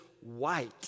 white